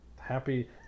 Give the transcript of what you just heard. happy